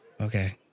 Okay